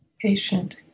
patient